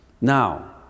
Now